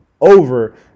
over